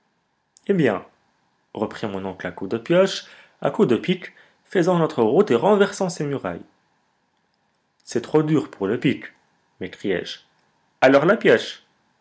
eh bien reprit mon oncle à coups de pioche à coups de pic faisons notre route et renversons ces murailles c'est trop dur pour le pic m'écriai-je alors la pioche